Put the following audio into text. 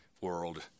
world